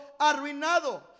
arruinado